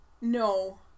No